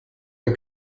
der